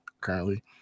currently